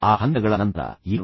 ಈಗ ಆ ಹಂತಗಳ ನಂತರ ಏನು